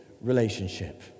relationship